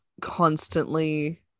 constantly